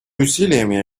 усилиями